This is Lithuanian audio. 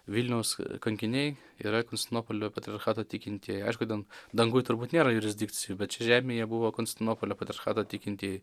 vilniaus kankiniai yra konstantinopolio patriarchato tikintieji aišku ten danguj turbūt nėra jurisdikcijų bet čia žemėje buvo konstantinopolio patriarchato tikintieji